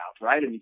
right